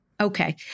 Okay